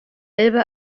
elbe